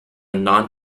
non